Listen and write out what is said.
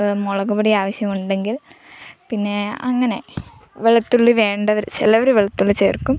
മുളക്പൊടി ആവശ്യമുണ്ടെങ്കിൽ പിന്നെ അങ്ങനെ വെളുത്തുള്ളി വേണ്ടവർ ചിലവർ വെളുത്തുള്ളി ചേർക്കും